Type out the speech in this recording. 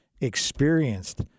experienced